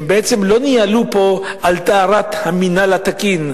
הם בעצם לא ניהלו פה את המלחמה שלהם על טהרת המינהל התקין,